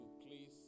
please